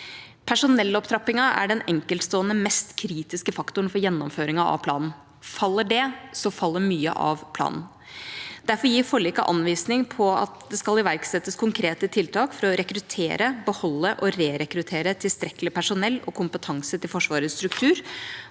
Personellopptrappingen er den enkeltstående, mest kritiske faktoren for gjennomføringen av planen. Faller det, så faller mye av planen. Derfor gir forliket anvisning på at det skal iverksettes konkrete tiltak for å rekruttere, beholde og re-rekruttere tilstrekkelig personell og kompetanse til Forsvarets struktur.